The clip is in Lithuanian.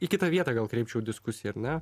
į kitą vietą gal kreipčiau diskusiją ar ne